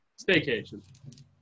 Staycation